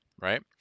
right